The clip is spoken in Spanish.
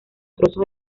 trozos